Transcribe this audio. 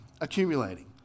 accumulating